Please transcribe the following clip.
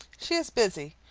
she is busy,